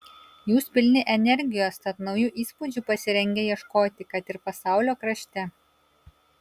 jūs pilni energijos tad naujų įspūdžių pasirengę ieškoti kad ir pasaulio krašte